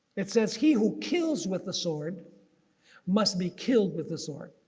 it says he who kills with the sword must be killed with the sword.